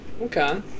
Okay